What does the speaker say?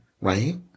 right